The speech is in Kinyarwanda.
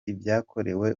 ibyakorewe